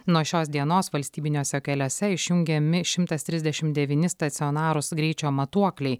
nuo šios dienos valstybiniuose keliuose išjungiami šimtas trisdešimt devyni stacionarūs greičio matuokliai